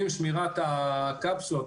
עם שמירת הקפסולות,